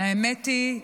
האמת היא,